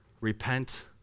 Repent